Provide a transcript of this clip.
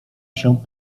się